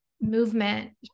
movement